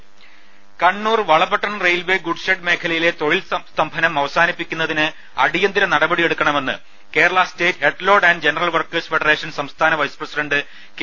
ലലലലലലലലലലലല Kannur Valapattanam railway good shed മേഖലയിലെ തൊഴിൽ സ്തംഭനം അവസാനിപ്പി ക്കുന്നതിന് അടിയന്തിര നടപടി എടുക്കണമെന്ന് Kerala state head load and general workers federation സംസ്ഥാന വൈസ് പ്രസിഡന്റ് കെ